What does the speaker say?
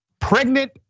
Pregnant